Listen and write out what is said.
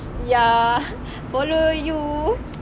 ya follow you